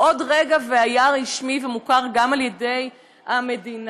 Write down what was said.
הוא עוד רגע והיה רשמי ומוכר גם על ידי המדינה.